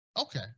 okay